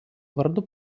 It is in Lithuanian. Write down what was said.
vardu